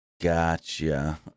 Gotcha